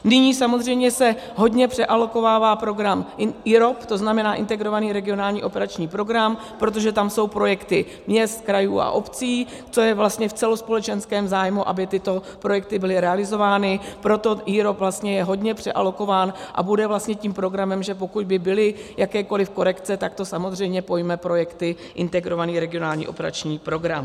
Nyní samozřejmě se hodně přealokovává program IROP, to znamená Integrovaný regionální operační program, protože tam jsou projekty měst, krajů a obcí, co je vlastně v celospolečenském zájmu, aby tyto projekty byly realizovány, proto IROP vlastně je hodně přealokován a bude vlastně tím programem, že pokud by byly jakékoliv korekce, tak to samozřejmě pojme projekty Integrovaný regionální operační program.